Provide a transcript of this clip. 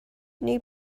knew